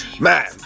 man